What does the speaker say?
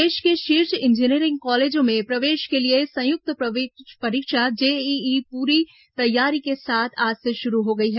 देश के शीर्ष इंजीनियरिंग कॉलेजों में प्रवेश के लिए संयुक्त प्रवेश परीक्षा जेईई पूरी तैयारी के साथ आज से शुरू हो गई है